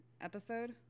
episode